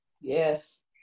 Yes